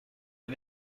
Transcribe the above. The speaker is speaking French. les